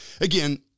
again